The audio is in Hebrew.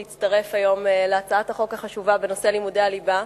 שהצטרף היום להצעת החוק החשובה בנושא לימודי הליבה,